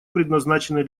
предназначенные